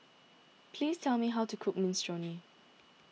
please tell me how to cook Minestrone